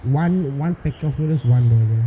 one one packet of noodles one dollar